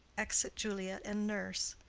exeunt juliet and nurse.